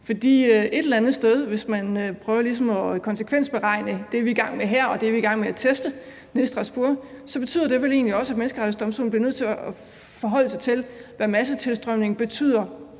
også interessant. For hvis man prøver at konsekvensberegne det, vi er i gang med her, og det, vi er i gang med at teste nede i Strasbourg, så betyder det vel egentlig også, at Menneskerettighedsdomstolen bliver nødt til at forholde sig til, hvad massetilstrømning betyder